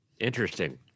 interesting